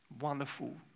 wonderful